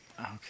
Okay